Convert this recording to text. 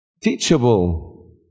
teachable